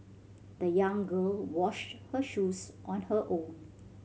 the young girl washed her shoes on her own